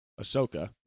ahsoka